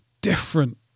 different